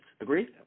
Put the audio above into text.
Agreed